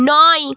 নয়